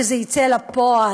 שזה יצא לפועל.